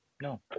No